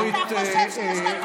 ואורית, אתה חושב שיש לה כוח.